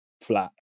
flat